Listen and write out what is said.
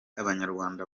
abanyarwanda